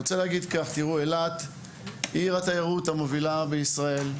אילת היא עיר התיירות המובילה בישראל.